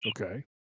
okay